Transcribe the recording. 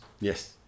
Yes